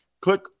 Click